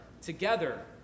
together